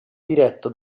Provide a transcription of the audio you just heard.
diretto